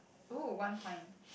oh one point